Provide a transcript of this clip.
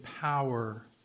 power